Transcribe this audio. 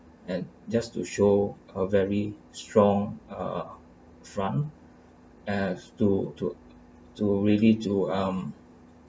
and just to show a very strong uh front as to to to really to um